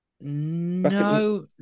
No